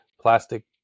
plastic